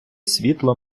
світло